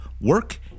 work